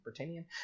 Britannian